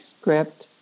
script